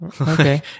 Okay